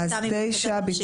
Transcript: תמי, בבקשה.